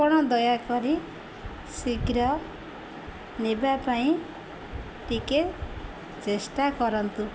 ଆପଣ ଦୟାକରି ଶୀଘ୍ର ନେବା ପାଇଁ ଟିକେ ଚେଷ୍ଟା କରନ୍ତୁ